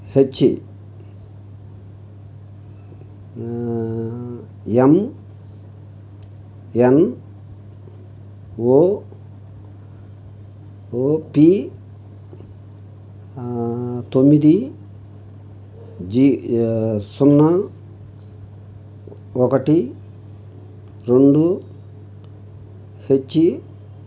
H M N O O P తొమ్మిది G సున్నా ఒకటి రెండు హెచ్